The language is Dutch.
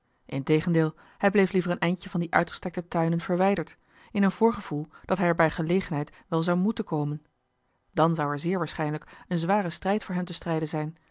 integendeel hij bleef liever een eindje van die uitgestrekte tuinen joh h been paddeltje de scheepsjongen van michiel de ruijter verwijderd in een voorgevoel dat hij er bij gelegenheid wel zou moeten komen dan zou er zeer waarschijnlijk een zware strijd voor hem te strijden zijn